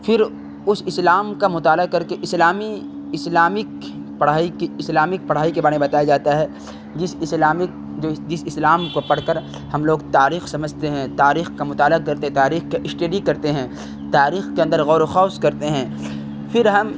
پھر اس اسلام کا مطالعہ کر کے اسلامی اسلامک پڑھائی کی اسلامک پڑھائی کے بارے میں بتایا جاتا ہے جس اسلامک جو جس اسلام کو پڑھ کر ہم لوگ تاریخ سمجھتے ہیں تاریخ کا مطالعہ کرتے تاریخ کا اسٹڈی کرتے ہیں تاریخ کے اندر غور و خوص کرتے ہیں پھر ہم